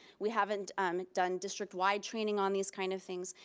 we haven't um done district wide training on these kind of things,